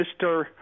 Mr